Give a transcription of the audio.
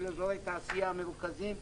של אזורי תעשייה מרוכזים,